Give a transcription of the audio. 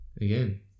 again